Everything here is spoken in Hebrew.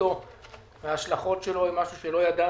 מראשיתו וההשלכות שלו הן משהו שלא ידענו.